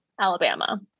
Alabama